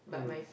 mm